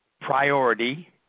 Priority